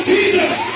Jesus